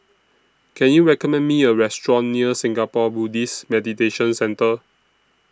Can YOU recommend Me A Restaurant near Singapore Buddhist Meditation Centre